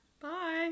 Bye